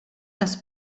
das